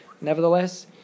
Nevertheless